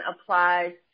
applies